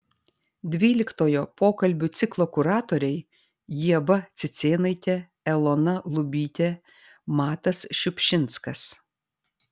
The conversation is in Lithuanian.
dvyliktojo pokalbių ciklo kuratoriai ieva cicėnaitė elona lubytė matas šiupšinskas